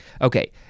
Okay